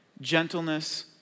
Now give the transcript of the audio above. gentleness